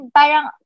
parang